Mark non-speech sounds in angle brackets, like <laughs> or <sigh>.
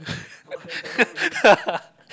<laughs>